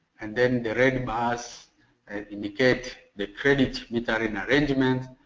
and then the red bars and indicated the credit metering arrangement.